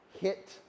hit